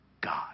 God